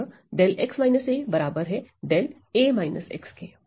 अतः 𝜹 बराबर है 𝜹 के